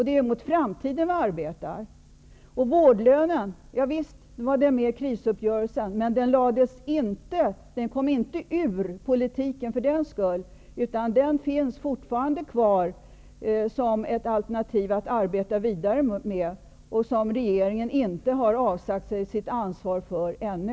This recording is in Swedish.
Det är för framtiden vi arbetar. Visst var vårdlönen med i krisuppgörelsen. Men den kom inte ur politiken för den skull, utan den finns fortfarande kvar som ett alternativ att arbeta vidare med. Regeringen har inte avsgat sig sitt ansvar för den ännu.